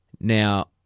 Now